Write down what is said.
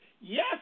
Yes